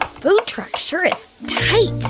ah food truck sure is tight